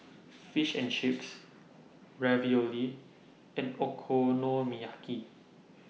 Fish and Chips Ravioli and Okonomiyaki